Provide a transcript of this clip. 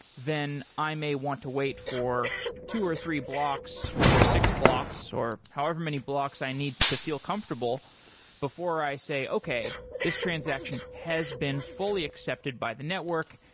then i may want to wait for two or three blocks, or six blocks or however many blocks i need to feel comfortable before i say, okay, this transaction has been fully accepted by the network.